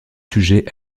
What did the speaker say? sujets